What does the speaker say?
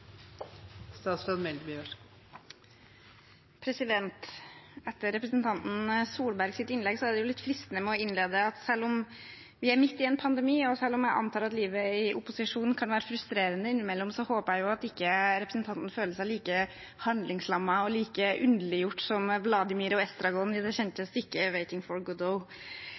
Etter representanten Tvedt Solbergs innlegg er det litt fristende å innlede med at selv om vi er midt i en pandemi, og selv om jeg antar at livet i opposisjon innimellom kan være frustrerende, håper jeg at representanten ikke føler seg like handlingslammet og underliggjort som Vladimir og Estragon i det kjente stykket «Mens vi venter på Godot». Det vi skal debattere i dag, er viktig og